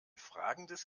fragendes